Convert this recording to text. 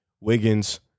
Wiggins